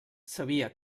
sabia